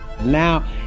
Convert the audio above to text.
now